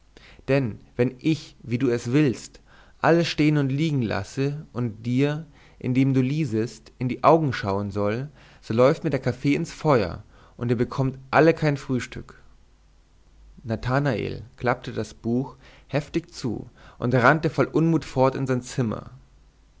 denn wenn ich wie du es willst alles stehen und liegen lassen und dir indem du liesest in die augen schauen soll so läuft mir der kaffee ins feuer und ihr bekommt alle kein frühstück nathanael klappte das buch heftig zu und rannte voll unmut fort in sein zimmer